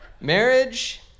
Marriage